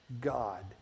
God